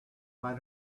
why